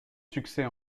succès